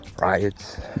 riots